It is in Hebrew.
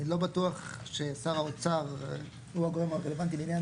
אני לא בטוח ששר האוצר הוא הגורם הרלוונטי לעניין